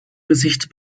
gesicht